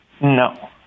No